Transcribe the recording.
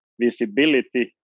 visibility